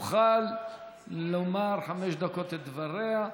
תוכל לומר בחמש דקות את דבריה.